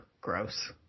Gross